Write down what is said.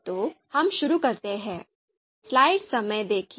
तो हम शुरू करते हैं